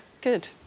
good